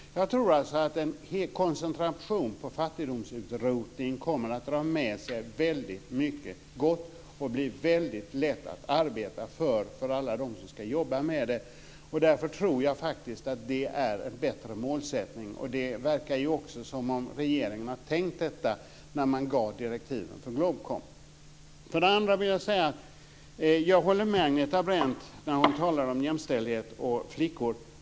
Jag tror att en koncentration på fattigdomsutrotning kommer att dra med sig väldigt mycket gott samtidigt som det blir väldigt lätt att arbeta med för alla dem som ska jobba med det. Jag tror att det är en bättre målsättning, och det verkar också som att det är vad regeringen har tänkt när man gav direktiven till Globkom. Sedan håller jag med Agneta Brendt när hon talar om jämställdhet och flickor.